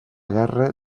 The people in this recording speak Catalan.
guerra